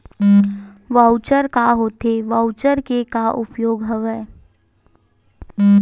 Voucher का होथे voucher के का उपयोग हवय?